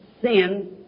Sin